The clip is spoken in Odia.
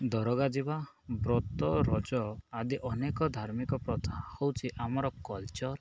ଦରଗା ଯିବା ବ୍ରତ ରଜ ଆଦି ଅନେକ ଧାର୍ମିକ ପ୍ରଥା ହେଉଛି ଆମର କଲ୍ଚର